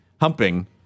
Humping